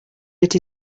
that